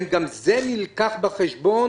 האם גם זה נלקח בחשבון?